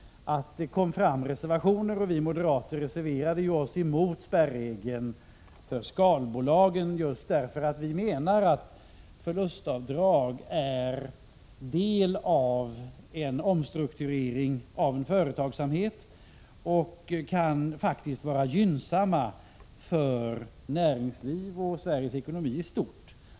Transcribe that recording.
Vi moderater reserverade oss mot spärregeln för skalbolagen just därför att vi menar att förlustavdrag är en del av en omstrukturering av en företagsamhet och kan vara gynnsamma för Sveriges näringsliv och ekonomi i stort.